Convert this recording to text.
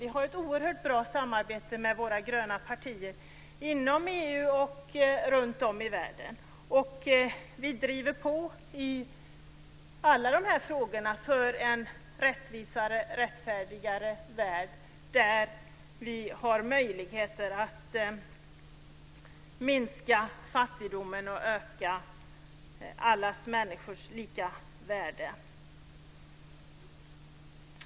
Vi har ett oerhört bra samarbete med de andra gröna partierna inom EU och runtom i världen. Vi driver på i alla de här frågorna för en rättvisare, rättfärdigare värld där vi har möjligheter att minska fattigdomen och värna alla människors lika värde.